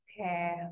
Okay